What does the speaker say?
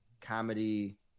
comedy